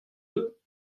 deux